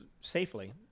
safely